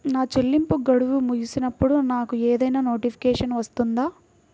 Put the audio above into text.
నా చెల్లింపు గడువు ముగిసినప్పుడు నాకు ఏదైనా నోటిఫికేషన్ వస్తుందా?